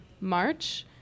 March